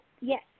Yes